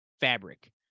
fabric